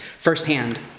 firsthand